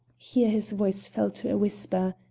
here his voice fell to a whisper.